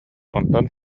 онтон